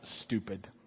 stupid